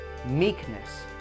meekness